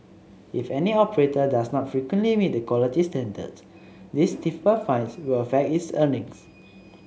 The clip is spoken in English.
if any operator does not frequently meet the quality standards these stiffer fines will affect its earnings